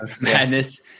madness